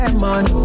man